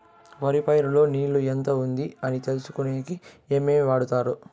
వరి పైరు లో నీళ్లు ఎంత ఉంది అని తెలుసుకునేకి ఏమేమి వాడతారు?